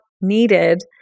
needed